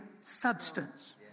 substance